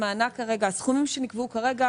הסכומים שנקבעו כרגע